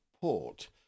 port